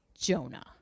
Jonah